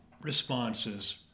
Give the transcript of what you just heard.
responses